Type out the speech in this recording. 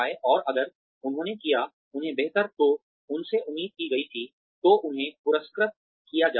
और अगर उन्होंने किया उनसे बेहतर जो उनसे उम्मीद की गई थी तो उन्हें पुरस्कृत किया जाता है